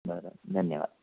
बरं धन्यवाद